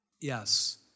Yes